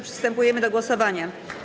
Przystępujemy do głosowania.